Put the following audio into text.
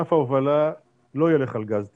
ענף ההובלה לא יילך על גז טבעי,